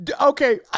Okay